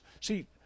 see